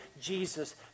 Jesus